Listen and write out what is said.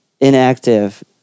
inactive